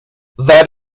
that